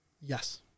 Yes